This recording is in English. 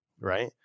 right